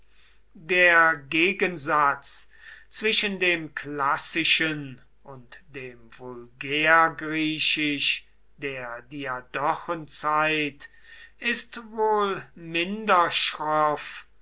der gegensatz zwischen dem klassischen und dem vulgärgriechisch der diadochenzeit ist wohl minder schroff